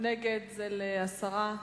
נגד, הסרה.